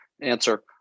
answer